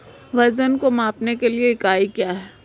वजन को मापने के लिए इकाई क्या है?